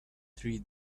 three